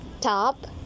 top